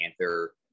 Panther